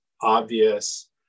obvious